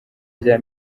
rya